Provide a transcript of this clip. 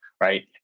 right